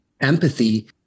empathy